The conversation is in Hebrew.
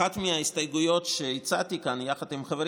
אחת ההסתייגויות שהצעתי כאן יחד עם חברים